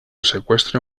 secuestro